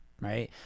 right